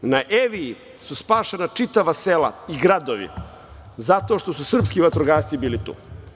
Na Eviji su spašena čitava sela i gradovi zato što su srpski vatrogasci bili tu.